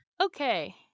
Okay